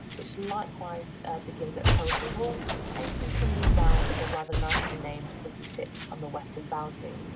which likewise begins at coleshill hall and continues down to the rather nicely named withy sitch on the western boundary.